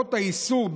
למרות האיסור,